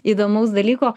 įdomaus dalyko